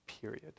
period